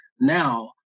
now